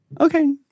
Okay